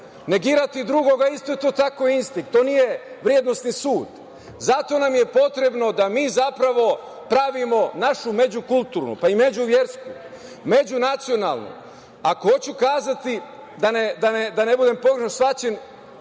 Negirati drugoga isto je instinkt, to nije vrednosni sud. Zato nam je potrebno da mi zapravo pravimo našu međukulturnu, pa i međuversku, međunacionalnu, da ne budem pogrešno shvaćen,